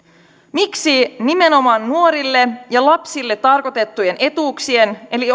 miksi nimenomaan nuorille ja lapsille tarkoitettujen etuuksien eli